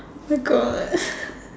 my God